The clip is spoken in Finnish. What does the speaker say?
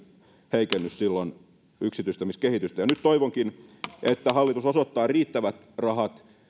heikennys silloin edelleen kiihdytti yksityistämiskehitystä nyt toivonkin että hallitus osoittaa riittävät rahat